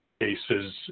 cases